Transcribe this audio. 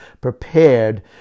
prepared